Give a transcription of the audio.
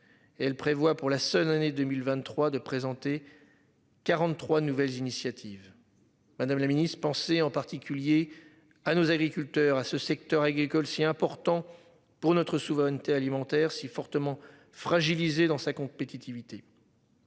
elle prévoit pour la seule année 2023, de présenter. 43 nouvelles initiatives. Madame la Ministre pensez en particulier à nos agriculteurs à ce secteur agricole si important pour notre souveraineté alimentaire si fortement fragilisée dans sa compétitivité.